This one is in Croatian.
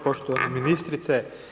Poštovana ministrice.